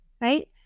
right